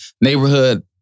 neighborhood